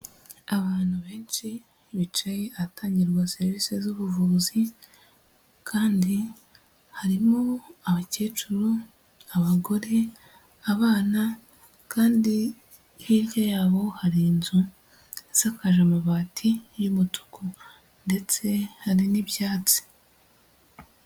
Abantu benshi bicaye ahatangirwa serivisi z'ubuvuzi, kandi harimo abakecuru, abagore, abana, kandi hirya yabo hari inzu i safashe amabati y'umutuku ndetse hari n'ibyatsi.